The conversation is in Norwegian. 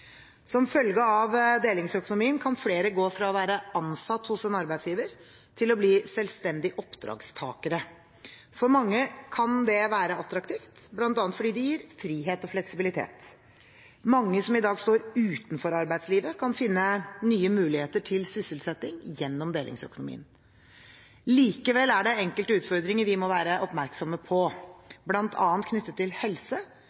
Som følge av delingsøkonomien kan flere gå fra å være ansatt hos en arbeidsgiver til å bli selvstendige oppdragstakere. For mange kan det være attraktivt, bl.a. fordi det gir frihet og fleksibilitet. Mange som i dag står utenfor arbeidslivet, kan finne nye muligheter til sysselsetting gjennom delingsøkonomien. Likevel er det enkelte utfordringer vi må være oppmerksomme på, bl.a. knyttet til helse,